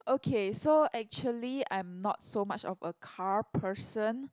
okay so actually I'm not so much of a car person